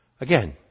Again